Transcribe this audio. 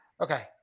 Okay